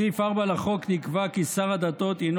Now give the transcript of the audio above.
בסעיף 4 לחוק נקבע כי שר הדתות הינו